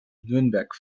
nürnberg